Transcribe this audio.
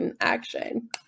action